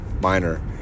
minor